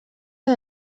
que